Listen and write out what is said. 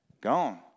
gone